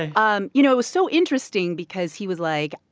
ah um you know, it was so interesting because he was like,